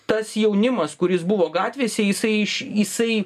tas jaunimas kuris buvo gatvėse jisai iš jisai